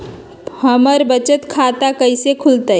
हमर बचत खाता कैसे खुलत?